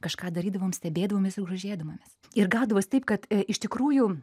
kažką darydavom stebėdavomės ir grožėdavomės ir gaudavos taip kad iš tikrųjų